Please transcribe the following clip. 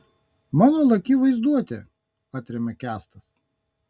mano laki vaizduotė atremia kęstas